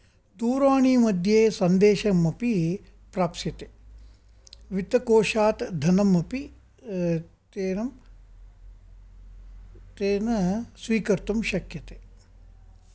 दूरवाणीमध्ये संन्देशमपि प्राप्स्यते वित्तकोशात् धनम् अपि तेन स्वीकर्तुं शक्यते